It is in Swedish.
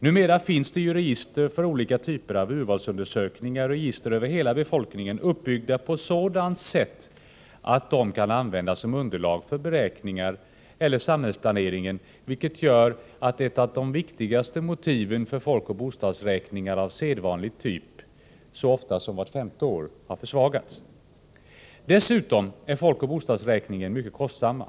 Numera finns det register för olika typer av urvalsundersökningar och register över hela befolkningen, uppbyggda på ett sådant sätt att de kan användas som underlag för beräkningar eller samhällsplaneringen, vilket gör att ett av det viktigaste motiven för folkoch bostadsräkningar av sedvanlig typ så ofta som vart femte år försvagats. Dessutom är folkoch bostadsräkningar mycket kostsamma.